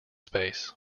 space